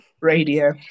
radio